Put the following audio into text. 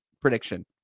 prediction